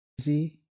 Easy